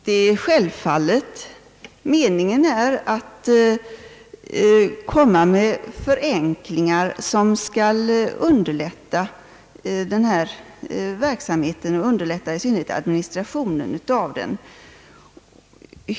Det är självklart att meningen med förenklingarna är att de skall underlätta denna verksamhet, i synnerhet administrationen av den.